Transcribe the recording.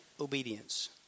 obedience